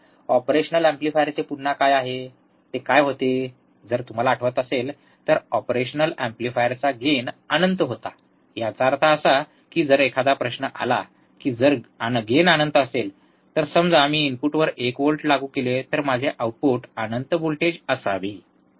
operational एम्प्लीफायरचे पुन्हा काय आहे ते काय होते जर तुम्हाला आठवत असेल तर ऑपरेशनल एम्प्लीफायरचा गेन अनंत होता याचा अर्थ असा की जर एखादा प्रश्न आला की जर गेन अनंत असेल तर समजा मी इनपुटवर १ व्होल्ट लागू केले तर माझे आउटपुट अनंत व्होल्टेज असावे